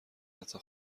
حتی